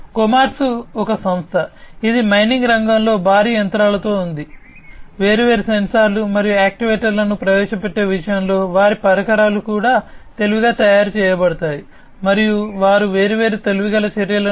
Komatsu ద్వారా అధిక లాభానికి దారితీసే తెలివైన చర్యలు